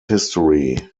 history